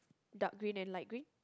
dark green and light green